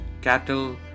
cattle